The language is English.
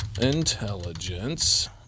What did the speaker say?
intelligence